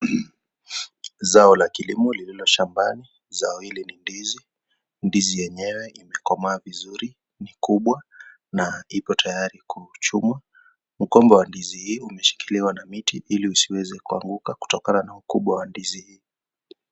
Zao la kilimo lililo shambani, zao hili ni ndizi. Ndizi yenyewe imekomaa vizuri ni kubwa na iko tayari kuchumwa. Mgomba wa ndizi hii umeshikiliwa na miti ili usiweze kuanguka kutokana na ukubwa wa ndizi hii.